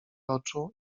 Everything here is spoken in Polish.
oczu